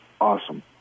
Awesome